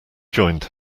joined